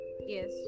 Yes